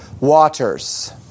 waters